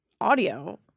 audio